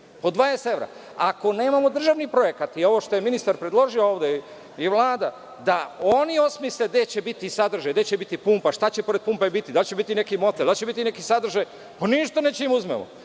po 20 evra. Ako nemamo državni projekat, i ovo što je ministar predložio ovde, i Vlada da oni osmisle gde će biti sadržaji, gde će biti pumpa, šta će pored pumpe biti, da li će biti neki motel, da li će biti neki sadržaj, ništa nećemo da im uzmemo.